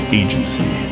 agency